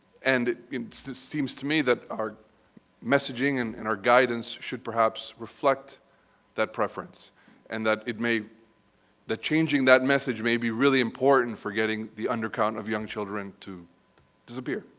and it seems to me that our messaging and and our guidance should perhaps reflect that preference and that it may changing that message may be really important for getting the undercount of young children to disappear.